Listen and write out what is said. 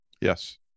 Yes